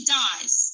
dies